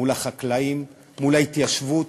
מול החקלאים, מול ההתיישבות,